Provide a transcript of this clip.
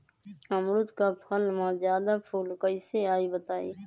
अमरुद क फल म जादा फूल कईसे आई बताई?